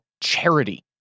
charity